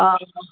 हां हां